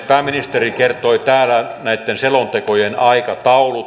pääministeri kertoi täällä näitten selontekojen aikataulut